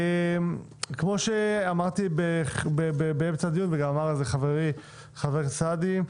כמו שאמרתי באמצע הדיון וגם אמר את זה חברי חבר הכנסת סעדי,